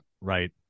right